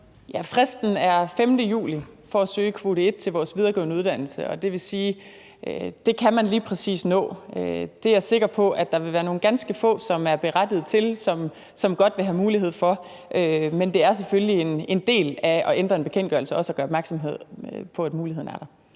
Fristen er den 5. juli for at søge kvote 1 til vores videregående uddannelser, og det vil sige, at det kan man lige præcis nå. Det er jeg sikker på der vil være nogle ganske få, som er berettiget til og godt vil have mulighed for. Men det er selvfølgelig en del af det at ændre en bekendtgørelse også at gøre opmærksom på, at muligheden er der.